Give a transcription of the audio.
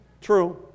True